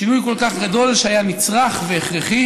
שינוי כל כך גדול שהיה נצרך והכרחי,